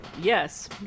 yes